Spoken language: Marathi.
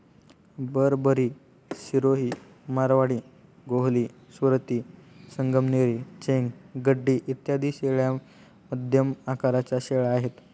बरबरी, सिरोही, मारवाडी, गोहली, सुरती, संगमनेरी, चेंग, गड्डी इत्यादी शेळ्या मध्यम आकाराच्या शेळ्या आहेत